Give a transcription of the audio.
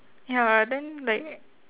ya then like